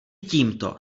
tímto